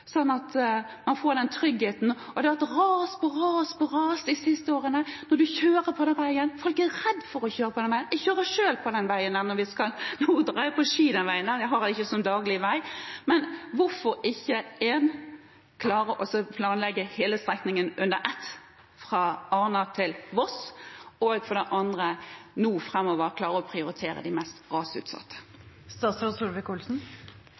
at en får trygghet. Det har vært ras på ras på ras de siste årene når en har kjørt på den veien. Folk er redde for å kjøre på den veien. Jeg kjører selv på den veien når vi skal på skitur, jeg bruker den ikke daglig. Men hvorfor klarer en, for det første, ikke å planlegge hele strekningen under ett, fra Arna til Voss, og, for det andre, ikke å prioritere de mest